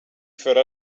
för